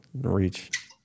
reach